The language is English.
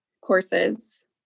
courses